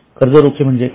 कर्ज रोखे म्हणजे काय